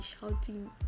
shouting